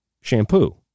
shampoo